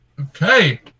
Okay